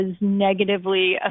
negatively